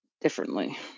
differently